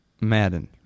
Madden